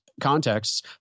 contexts